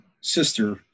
sister